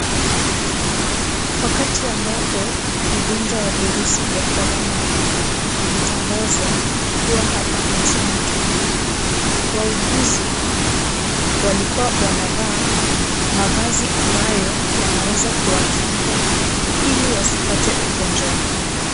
Wakati ambapo ugonjwa wa virusi vya korona vilitangazwa kuwa hapa nchini Kenya, wauguzi walikuwa wanavaa mavazi ambayo yanaweza kuwakinga ili wasipate ugonjwa huu.